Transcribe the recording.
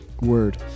word